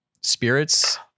spirits